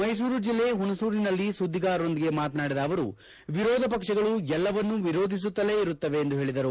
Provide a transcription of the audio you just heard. ಮೈಸೂರು ಜಿಲ್ಲೆ ಹುಣಸೂರಿನಲ್ಲಿ ಸುದ್ದಿಗಾರರೊಂದಿಗೆ ಮಾತನಾಡಿದ ಅವರು ವಿರೋಧ ಪಕ್ಷಗಳು ಎಲ್ಲವನ್ನೂ ವಿರೋಧಿಸುತ್ತಲೇ ಇರುತ್ತವೆ ಎಂದು ಹೇಳಿದರು